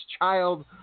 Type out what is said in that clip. Child